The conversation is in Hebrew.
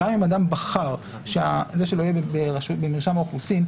גם אם אדם בחר שהמייל שלו יהיה במרשם האוכלוסין,